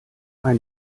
ein